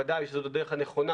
ודאי שזו הדרך היותר נכונה,